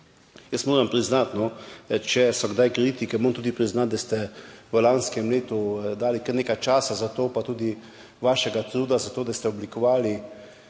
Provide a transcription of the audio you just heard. Moram priznati, če so kdaj kritike, moram tudi priznati, da ste v lanskem letu dali kar nekaj časa pa tudi vašega truda za to, da ste oblikovali